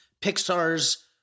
Pixar's